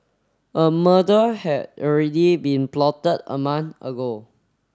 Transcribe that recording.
a murder had already been plotted a month ago